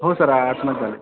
हो सर